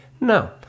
no